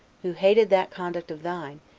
who hated that conduct of thine,